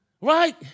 Right